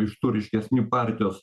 iš tų ryškesnių partijos